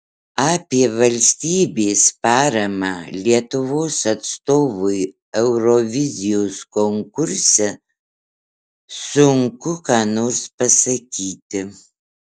apie valstybės paramą lietuvos atstovui eurovizijos konkurse sunku ką nors pasakyti